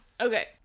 Okay